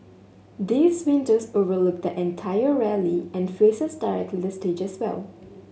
these windows overlook the entire rally and faces directly the stage as well